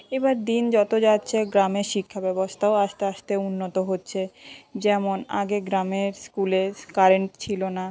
এবার দিন যত যাচ্ছে গ্রামের শিক্ষা ব্যবস্থাও আস্তে আস্তে উন্নত হচ্ছে যেমন আগে গ্রামের স্কুলে কারেন্ট ছিল না